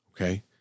okay